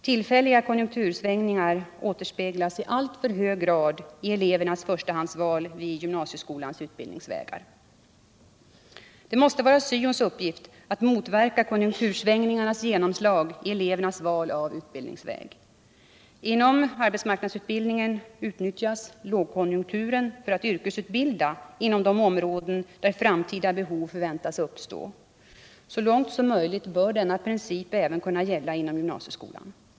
Tillfälliga konjunktursvängningar återspeglas i alltför hög grad i elevernas förstahandsval till gymnasieskolans utbildningsvägar. Det måste vara syons uppgift att motverka konjunktursvängningarnas genomslag i elevernas val av utbildningsväg. Inom arbetsmarknadsutbildningen utnyttjas lågkonjunkturen för att yrkesutbilda inom de områden där framtida behov förväntas uppstå. Så långt som möjligt bör denna princip gälla också inom gymnasieskolan.